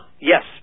Yes